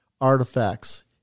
artifacts